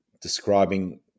describing